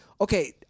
okay